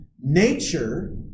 nature